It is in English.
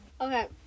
Okay